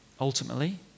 ultimately